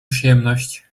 przyjemność